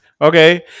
okay